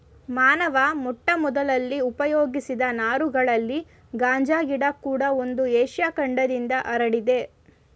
ಮಾನವ ಮೊಟ್ಟಮೊದಲಲ್ಲಿ ಉಪಯೋಗಿಸಿದ ನಾರುಗಳಲ್ಲಿ ಗಾಂಜಾ ಗಿಡ ಕೂಡ ಒಂದು ಏಷ್ಯ ಖಂಡದಿಂದ ಹರಡಿದೆ